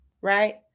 right